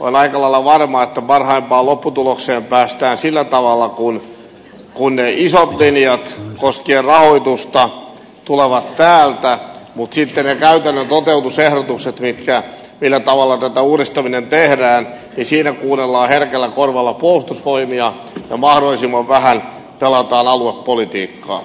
olen aika lailla varma että parhaimpaan lopputulokseen päästään sillä tavalla kun ne isot linjat koskien rahoitusta tulevat täältä mutta sitten niissä käytännön toteutusehdotuksissa millä tavalla tämä uudistaminen tehdään kuunnellaan herkällä korvalla puolustusvoimia ja mahdollisimman vähän pelataan aluepolitiikkaa